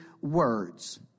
words